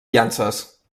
llances